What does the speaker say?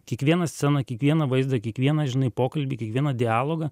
kiekvieną sceną kiekvieną vaizdą kiekvieną žinai pokalbį kiekvieną dialogą